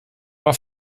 war